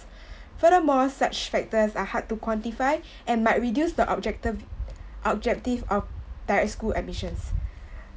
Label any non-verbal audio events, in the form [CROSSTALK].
[BREATH] furthermore such factors are hard to quantify [BREATH] and might reduce the object~ objective of direct school admissions [BREATH]